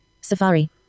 Safari